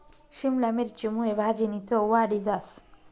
शिमला मिरची मुये भाजीनी चव वाढी जास